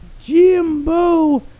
Jimbo